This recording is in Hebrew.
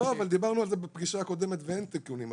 דיברנו על זה בפגישה הקודמת ואין תיקונים,